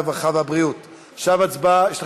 הרווחה והבריאות נתקבלה.